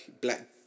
black